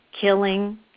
killing